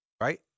right